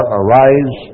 arise